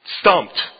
stumped